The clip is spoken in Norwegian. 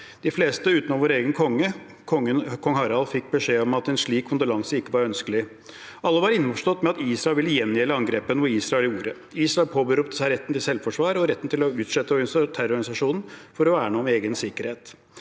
de fleste, utenom vår egen konge. Kong Harald fikk beskjed om at en slik kondolanse ikke var ønskelig. Alle var innforstått med at Israel ville gjengjelde angrepet, noe Israel gjorde. Israel påberopte seg retten til selvforsvar og retten til å utslette terrororganisasjonen for å verne om egen sikkerhet.